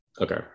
okay